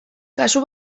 kasu